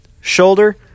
shoulder